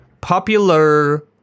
popular